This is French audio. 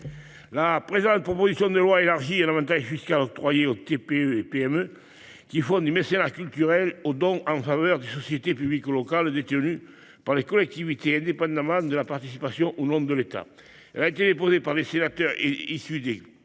La présente proposition de loi étend un avantage fiscal octroyé aux TPE et PME qui font du mécénat culturel aux dons en faveur des sociétés publiques locales détenues par des collectivités, indépendamment de la participation ou non de l'État. Elle a été déposée par des sénateurs issus des